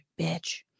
bitch